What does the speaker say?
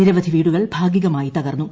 നിരവധി വീടുകൾ ഭാഗികമായി തകർന്നു